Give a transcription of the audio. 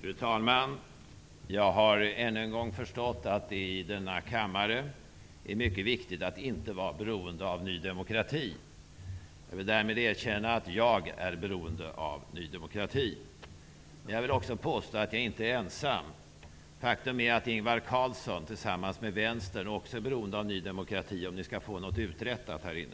Fru talman! Jag har ännu en gång förstått att det i denna kammare är mycket viktigt att inte vara beroende av Ny demokrati. Jag vill därmed erkänna att jag är beroende av Ny demokrati. Men jag vill också påstå att jag inte är ensam. Faktum är att Ingvar Carlsson tillsammans med vänstern också är beroende av Ny demokrati om de skall få något uträttat här.